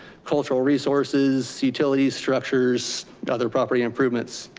cultural resources, utilities, structures, other property improvements.